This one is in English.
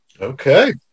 Okay